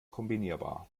kombinierbar